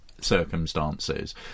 circumstances